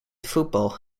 football